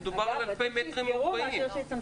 אני רוצה שהם יענו לך בדקות שנותרו.